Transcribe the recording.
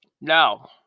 Now